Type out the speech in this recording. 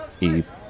Eve